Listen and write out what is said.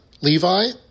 Levi